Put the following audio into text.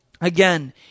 Again